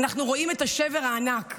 אנחנו רואים את השבר הענק,